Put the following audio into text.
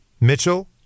Mitchell